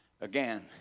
Again